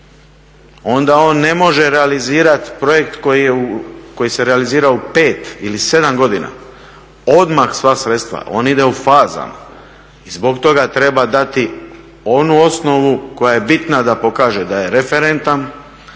onda on ne može realizirati projekt koji se realizira u 5 ili 7 godina odmah sva sredstva, on ide u fazama i zbog toga treba dati onu osnovu koja je bitna da pokaže da je referentan,